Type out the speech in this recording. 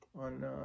On